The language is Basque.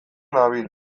nabil